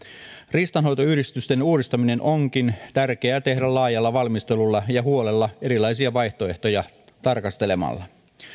riistanhoitoyhdistysten uudistaminen onkin tärkeää tehdä laajalla valmistelulla ja huolella erilaisia vaihtoehtoja tarkastelemalla